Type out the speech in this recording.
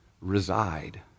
reside